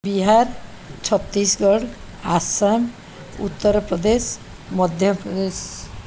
Bihar Chhattisgarh Assam Uttar Pradesh Madhya Pradesh